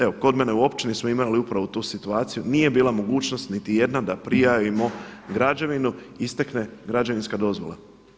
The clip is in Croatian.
Evo kod mene u općini smo imali upravo tu situaciju, nije bila mogćnost niti jedna da prijavimo građevinu, istekne građevinska dozvola.